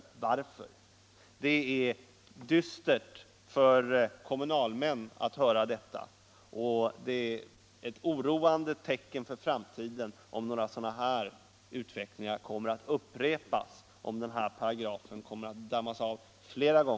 Det är dystert för kommunalmän att höra detta. Och det är ett oroande tecken för framtiden om en sådan utveckling kommer att få fortsätta när denna paragraf dammas av igen.